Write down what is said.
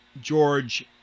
George